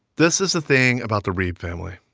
this is the thing about the reeb family.